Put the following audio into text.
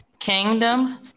Kingdom